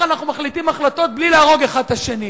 אנחנו מחליטים החלטות בלי להרוג אחד את השני.